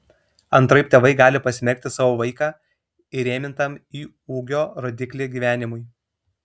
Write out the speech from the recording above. antraip tėvai gali pasmerkti savo vaiką įrėmintam į ūgio rodiklį gyvenimui